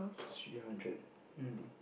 three hundred um